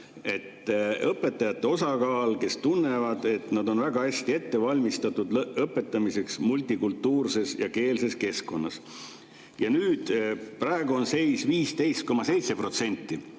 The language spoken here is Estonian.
õpetajate osakaal, kes tunnevad, et nad on väga hästi ette valmistatud õpetamiseks multikultuurses ja multikeelses keskkonnas. Praegu on seis, et 15,7%